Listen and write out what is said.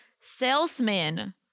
salesman